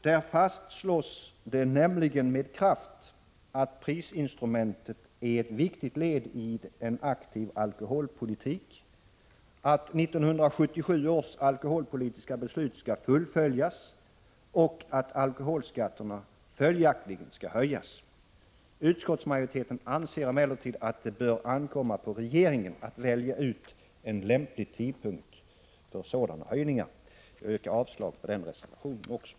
Där fastslås det nämligen med kraft att prisinstrumentet är ett viktigt led i en aktiv alkoholpolitik, att 1977 års alkoholpolitiska beslut skall fullföljas och att alkoholskatterna följaktligen skall höjas. Utskottsmajoriteten anser emellertid att det bör ankomma på regeringen att välja ut en lämplig tidpunkt för sådana höjningar. Jag yrkar avslag även på den reservationen.